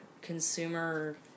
consumer